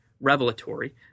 revelatory